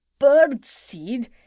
birdseed